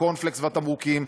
הקורנפלקס והתמרוקים,